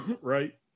Right